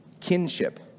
kinship